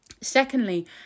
Secondly